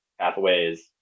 pathways